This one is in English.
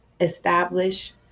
establish